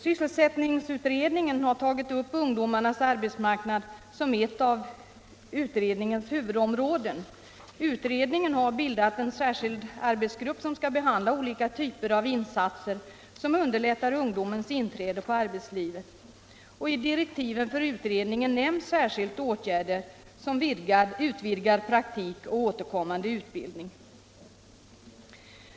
Sysselsättningsutredningen har tagit upp ungdomarnas arbetsmarknad som ett av sina huvudområden. Utredningen har bildat en särskild arbetsgrupp som skall behandla olika typer av insatser för att underlätta ungdomens inträde i arbetslivet. I direktiven för utredningen nämns särskilt åtgärder såsom utvidgad praktik och återkommande utbildning.